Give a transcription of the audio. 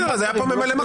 אז היה פה ממלא-מקום.